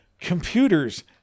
computers